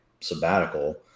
sabbatical